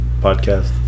podcast